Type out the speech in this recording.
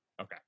Okay